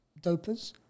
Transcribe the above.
dopers